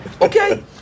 okay